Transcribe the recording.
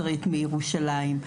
שרית מירושלים.